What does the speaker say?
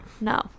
No